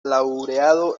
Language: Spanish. laureado